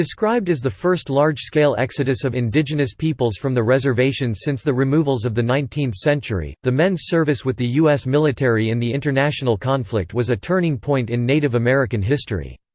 described as the first large-scale exodus of indigenous peoples from the reservations since the removals of the nineteenth century, the men's service with the u s. military in the international conflict was a turning point in native american history.